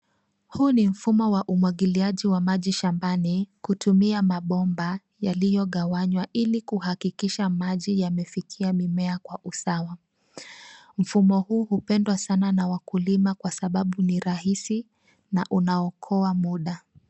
Huu ni mfumo wa umwagiliaji wa maji ambao ni kutumia mabomba yaliyogawanywa ilikuhakikisha maji yamefikia mimea kwa usawa m,fumo huu hupendwa sana na wakulima kwa sababu ni rahisi na unaokoa muda.